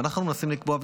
ואנחנו מנסים לקבוע,